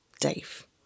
Dave